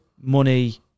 money